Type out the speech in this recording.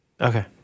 Okay